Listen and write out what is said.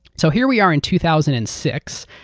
so here we are in two thousand and six,